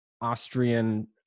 Austrian